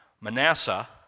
Manasseh